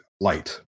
light